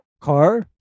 car